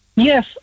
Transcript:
Yes